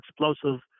explosive